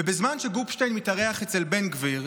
ובזמן שגופשטיין מתארח אצל בן גביר,